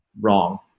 wrong